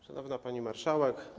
Szanowna Pani Marszałek!